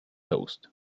host